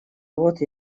вот